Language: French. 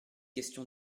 question